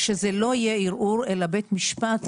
שזה לא יהיה ערעור אל בית המשפט,